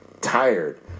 Tired